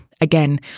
Again